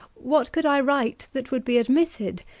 what could i write that would be admitted,